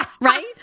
Right